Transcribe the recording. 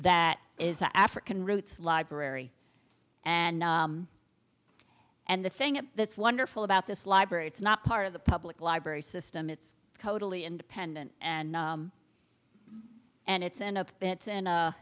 that is a african roots library and and the thing that's wonderful about this library it's not part of the public library system it's totally independent and and it's an up bits